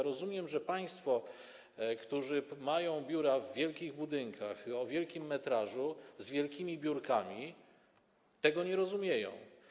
Rozumiem, że państwo, którzy mają biura w wielkich budynkach, biura o wielkim metrażu, biura z wielkimi biurkami, tego nie rozumieją.